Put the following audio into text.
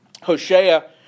Hosea